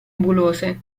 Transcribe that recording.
nebulose